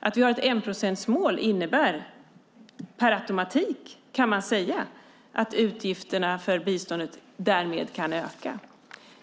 Att vi har ett enprocentsmål innebär per automatik, kan man säga, att utgifterna för biståndet därmed kan öka.